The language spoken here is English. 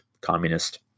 communist